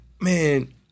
man